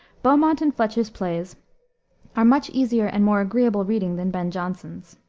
beaumont and fletcher's plays are much easier and more agreeable reading than ben jonson's.